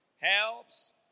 Helps